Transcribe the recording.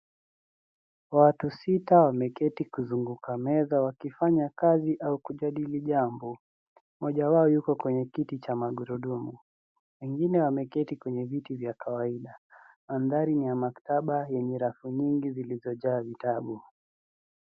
Watu sita wameketi kuzunguka meza wakifanya kazi au kujadili jambo. Mmoja wao yuko kwenye kiti cha magurudumu. Wengine wameketi kwenye viti vya kawaida. Mandhari ni ya maktaba yenye rafu nyingi zilizojaa vitabu.